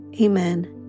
Amen